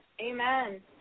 Amen